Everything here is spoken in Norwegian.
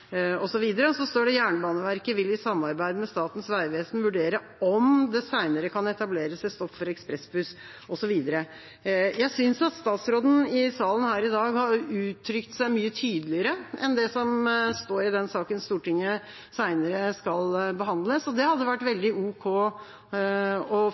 osv. Og så står det at Jernbaneverket i samarbeid med Statens vegvesen vil vurdere om det senere kan etableres et stopp for ekspressbuss osv. Jeg synes at statsråden i salen her i dag har uttrykt seg mye tydeligere enn det som står i den saken Stortinget senere skal behandle, så det hadde vært